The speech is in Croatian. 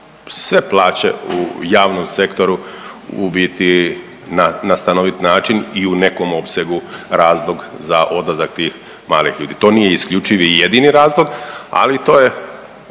sve plaće u javnom sektoru u biti na stanovit način i u nekom opsegu razlog za odlazak tih mladih ljudi, to nije isključivi i jedini razlog, ali to je